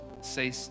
say